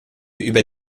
über